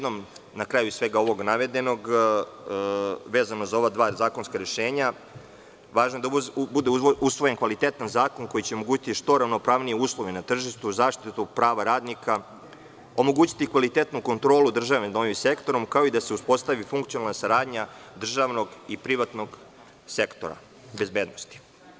Na kraju svega ovog navedenog vezano za ova dva zakonska rešenja, važno je da budu usvojen kvaliteta zakon koji će omogućiti što ravnopravnije uslove na tržištu, zaštitu prava radnika, omogućiti kvalitetnu kontrolu države nad ovim sektorom, kao i da se uspostavi funkcionalna saradnja državnog i privatnog sektora bezbednosti.